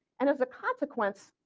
and as a consequence,